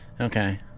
Okay